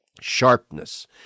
sharpness